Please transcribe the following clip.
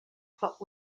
plot